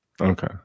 Okay